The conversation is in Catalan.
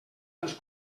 dels